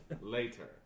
Later